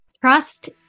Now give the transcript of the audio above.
Trust